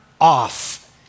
off